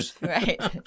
Right